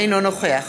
אינו נוכח